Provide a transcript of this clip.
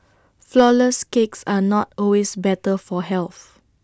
Flourless Cakes are not always better for health